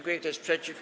Kto jest przeciw?